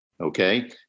okay